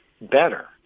better